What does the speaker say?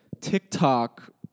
TikTok